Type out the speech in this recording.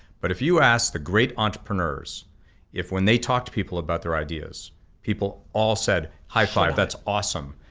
but if you ask the great entrepreneurs if when they talk to people about their ideas people all said high five, that's awesome,